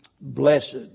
Blessed